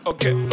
Okay